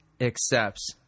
accepts